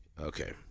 Okay